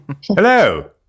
Hello